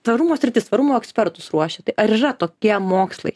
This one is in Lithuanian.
tvarumo sritis tvarumo ekspertus ruošia tai ar yra tokie mokslai